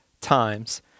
times